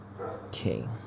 Okay